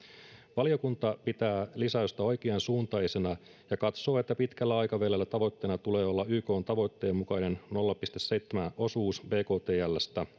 valiokunta pitää lisäystä oikeansuuntaisena ja katsoo että pitkällä aikavälillä tavoitteena tulee olla ykn tavoitteen mukainen nolla pilkku seitsemän osuus bktlstä